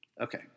Okay